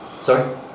Sorry